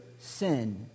sin